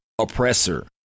oppressor